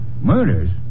Murders